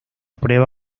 prueba